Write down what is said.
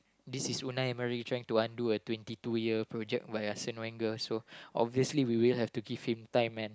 this is Unai-Emery trying to undo a twenty two year project by Arsene-Wenger so obviously we will have to give him time man